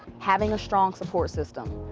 having a strong support system.